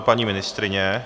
Paní ministryně?